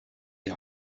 die